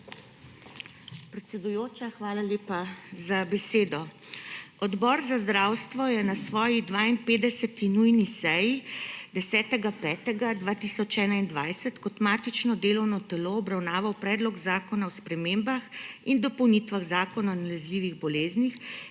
Predsedujoča, hvala lepa za besedo. Odbor za zdravstvo je na svoji 52. nujni seji 10. 5. 2021 kot matično delovno telo obravnaval Predlog zakona o spremembah in dopolnitvah Zakona o nalezljivih boleznih,